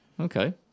okay